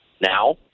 now